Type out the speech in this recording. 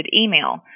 email